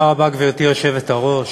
גברתי היושבת-ראש,